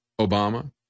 Obama